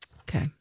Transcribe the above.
Okay